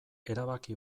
erabaki